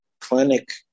clinic